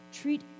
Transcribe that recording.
Treat